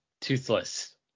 toothless